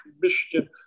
Michigan